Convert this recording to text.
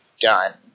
done